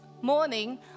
morning